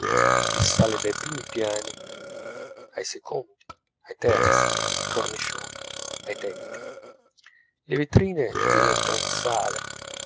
che sale dai primi piani ai secondi ai terzi ai cornicioni ai tetti le vetrine diventan sale